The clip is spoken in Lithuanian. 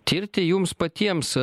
tirti jums patiems